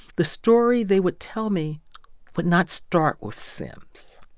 the story they would tell me would not start with sims.